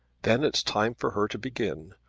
then it's time for her to begin.